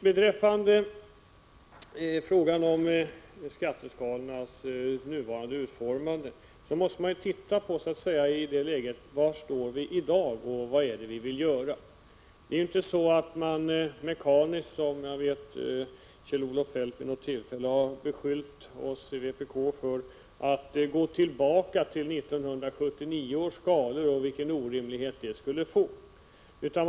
Beträffande frågan om skatteskalornas nuvarande utformning vill jag säga att man naturligtvis måste ta hänsyn till det läge vi befinner oss i i dag och från den utgångspunkten bedöma vad man vill åstadkomma. Man kan inte — som Kjell-Olof Feldt vid något tillfälle har beskyllt oss i vpk för att vilja göra — mekaniskt gå tillbaka till 1979 års skatteskalor och konstatera vilka orimliga konsekvenser de skulle ha medfört.